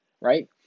Right